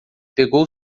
pegou